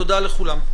תודה לכולם.